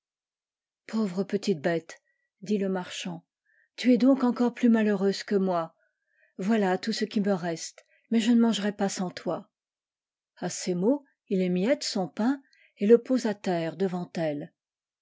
pauvre petite bétel dit le marchand tu es donc encore plus malheureuse que moi voilà tout ce qui me reste mais je ne mangerai pas sans toi a ces mots il émiclte son pain et le pose à terre devant elle